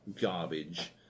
garbage